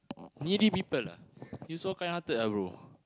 needy people ah you so kindhearted ah bro